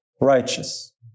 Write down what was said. righteous